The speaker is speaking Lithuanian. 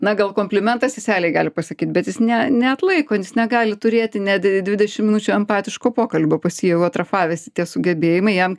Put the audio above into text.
na gal komplimentą seselei gali pasakyt bet jis ne neatlaiko jis negali turėti net dvidešim minučių empatiško pokalbio pas jį jau atrofavęsi tie sugebėjimai jam